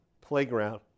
playground